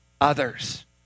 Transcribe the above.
others